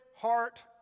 heart